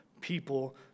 people